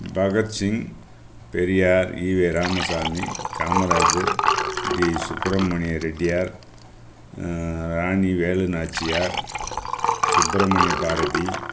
Bhagat Singh Periyar E V Ramasamy Kamarajar T Subramania Reddiar Rani Velu Nachiyar Subramania Bharathi